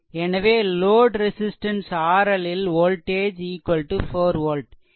எனவே load resistance RL ல் voltage 4 volt